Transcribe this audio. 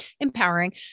empowering